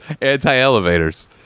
anti-elevators